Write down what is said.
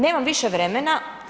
Nemam više vremena.